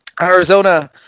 Arizona